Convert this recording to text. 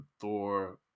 Thor